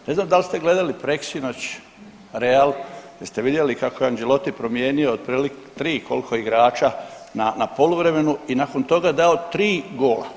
Ne znam da li ste gledali preksinoć Real, jeste li vidjeli kako je Ancelotti promijenio otprilike 3, koliko igrača na poluvremenu i nakon toga dao 3 gola?